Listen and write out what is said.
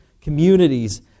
communities